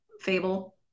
fable